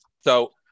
So-